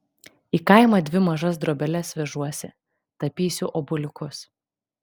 į kaimą dvi mažas drobeles vežuosi tapysiu obuoliukus